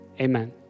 amen